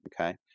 Okay